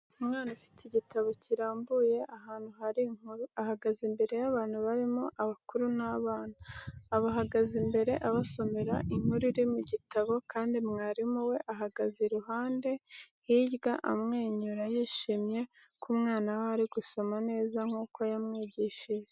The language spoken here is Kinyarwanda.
Umwana ufite igitabo kirambuye ahantu hari inkuru, ahagaze imbere y'abantu barimo abakuru n'abana. Abahagaze imbere abasomera inkuru iri mu gitabo kandi mwarimu we ahagaze iruhande hirya amwenyura yishimye ko umwana we ari gusoma neza nk'uko yamwigishije.